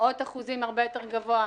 במאוד אחוזים הרבה יותר גבוה.